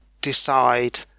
decide